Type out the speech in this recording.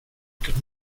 could